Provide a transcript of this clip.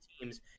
teams